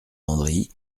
landry